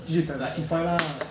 继续 investment side lah